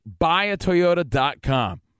buyatoyota.com